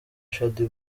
shaddy